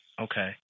Okay